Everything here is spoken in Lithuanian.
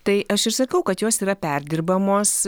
tai aš ir sakau kad jos yra perdirbamos